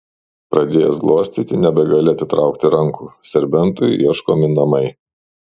pradėjęs glostyti nebegali atitraukti rankų serbentui ieškomi namai